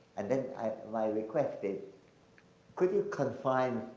and then i, my request is could you confine,